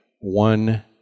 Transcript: one